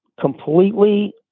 completely